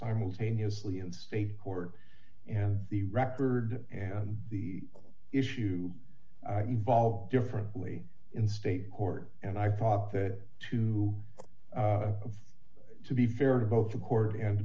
simultaneously in state court and the record and the issue evolved differently in state court and i thought that too to be fair to both the court and